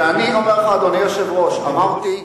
ואני אומר לך, אדוני היושב-ראש, אמרתי,